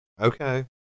Okay